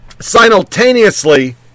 Simultaneously